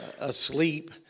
asleep